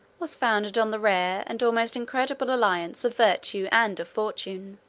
was founded on the rare, and almost incredible, alliance of virtue and of fortune.